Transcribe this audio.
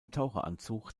taucheranzug